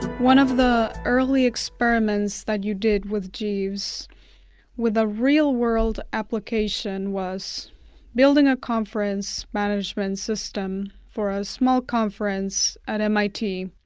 one of the early experiments that you did with jeeves with a real world application was building a conference management system for a small conference at mit.